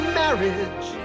marriage